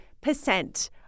percent